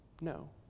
No